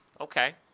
okay